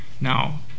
Now